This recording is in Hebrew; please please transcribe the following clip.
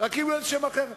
רק יקראו לזה שם אחר.